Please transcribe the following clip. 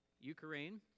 Ukraine